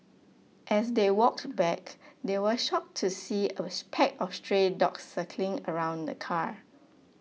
as they walked back they were shocked to see there was pack of stray dogs circling around the car